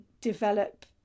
develop